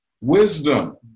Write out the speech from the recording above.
Wisdom